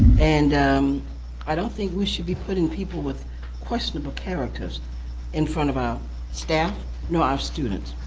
and i don't think we should be putting people with questionable characters in front of our staff nor our students.